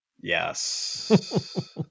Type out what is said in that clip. Yes